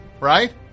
right